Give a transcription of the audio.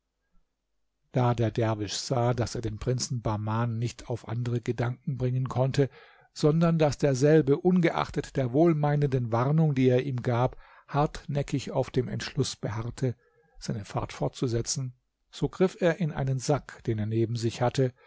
da der derwisch sah daß er den prinzen bahman nicht auf andere gedanken bringen konnte sondern daß derselbe ungeachtet der wohlmeinenden warnung die er ihm gab hartnäckig auf dem entschluß beharrte seine fahrt fortzusetzen so griff er in einen sack den er neben sich hatte